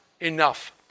enough